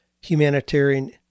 humanitarian